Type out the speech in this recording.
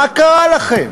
מה קרה לכם?